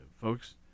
folks